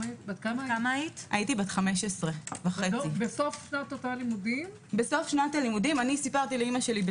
הייתי בת 15. בסוף שנת הלימודים סיפרתי לאימא שלי,